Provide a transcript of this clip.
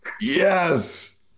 yes